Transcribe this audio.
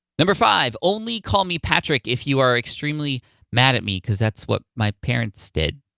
number five, only call me patrick if you are extremely mad at me, because that's what my parents did.